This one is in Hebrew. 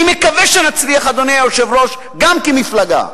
אני מקווה שנצליח, אדוני היושב-ראש, גם כמפלגה,